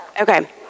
okay